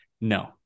No